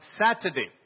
Saturday